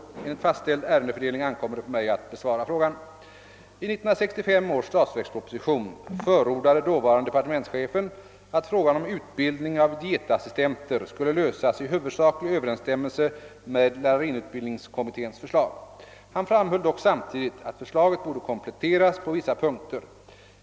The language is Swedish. Enligt fastställd ärendefördelning ankommer det på mig att besvara frågan. I 1965 års statsverksproposition förordade dåvarande departementschefen att frågan om utbildning av dietassistenter skulle lösas i huvudsaklig överensstämmelse med lärarinneutbildningskommitténs förslag. Han framhöll dock samtidigt att förslaget borde kompletteras på vissa punkter.